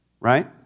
right